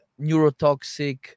neurotoxic